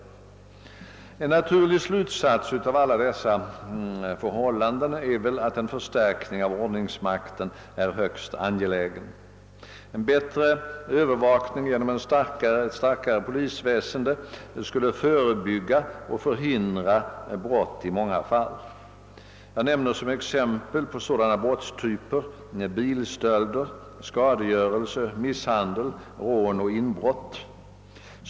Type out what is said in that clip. En naturlig slutsats av alla dessa förhållanden är att en förstärkning av ordningsmakten är högst angelägen. En bättre övervakning genom ett starkare polisväsen skulle förebygga och förhindra brott i många fall. Jag nämner som exempel på sådana brott bilstölder, skadegörelse, misshandel, rån och inbrott.